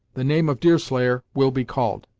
the name of deerslayer will be called.